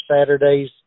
Saturday's